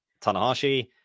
Tanahashi